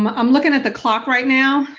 um i'm looking at the clock right now.